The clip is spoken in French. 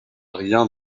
rien